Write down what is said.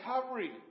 recovery